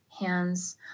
hands